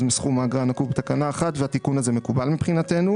נציג המשרד שאמון על נושא הנהיגה הספורטיבית במשרדי יציג את